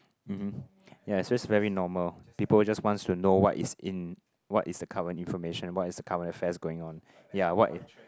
mmhmm ya is just very normal people just wants to know what is in what is the current information what is the current affairs going on ya what